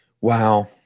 Wow